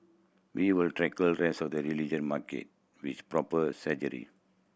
we will tackle rest of the religion market with proper strategy